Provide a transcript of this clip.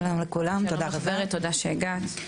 שלום לך ורד, תודה שהגעת.